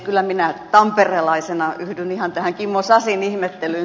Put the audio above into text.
kyllä minä tamperelaisena yhdyn ihan tähän kimmo sasin ihmettelyyn